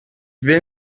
will